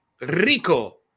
Rico